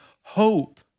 hope